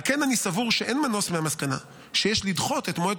על כן אני סבור שאין מנוס מהמסקנה שיש לדחות את מועד